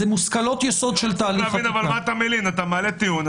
אתה מעלה טיעון.